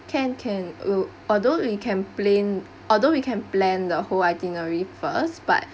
can can will although you can plane although we can plan the whole itinerary but